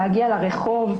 להגיע לרחוב,